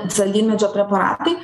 saldymedžio preparatai